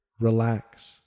relax